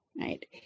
right